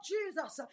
Jesus